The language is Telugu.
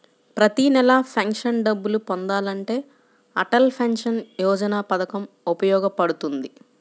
ప్రతి నెలా పెన్షన్ డబ్బులు పొందాలంటే అటల్ పెన్షన్ యోజన పథకం ఉపయోగపడుతుంది